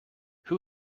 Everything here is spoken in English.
who